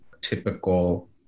typical